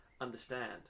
understand